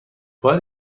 باید